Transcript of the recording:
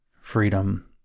freedom